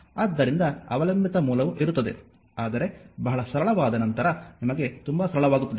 ಆದ್ದರಿಂದ ಅವಲಂಬಿತ ಮೂಲವೂ ಇರುತ್ತದೆ ಆದರೆ ಬಹಳ ಸರಳವಾದ ನಂತರ ನಿಮಗೆ ತುಂಬಾ ಸರಳವಾಗುತ್ತದೆ